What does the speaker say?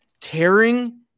tearing